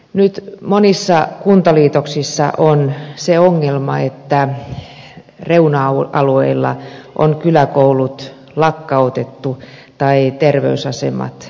nyt monissa kuntaliitoksissa on se ongelma että reuna alueilla on kyläkoulut lakkautettu tai terveysasemat lakkautettu